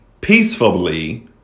peacefully